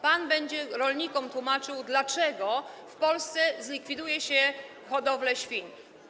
Pan będzie rolnikom tłumaczył, dlaczego w Polsce zlikwiduje się hodowlę świń.